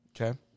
Okay